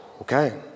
okay